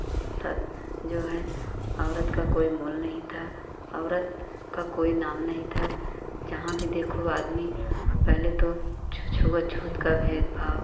अवसत जो है औरत का कोई मोल नहीं था औरत का कोई नाम नहीं था जहाँ भी देखो आदमी पहले तो छु छुआछूत का भेदभाव